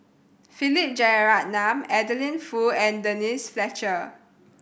Philip Jeyaretnam Adeline Foo and Denise Fletcher